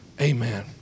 Amen